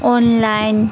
online